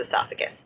esophagus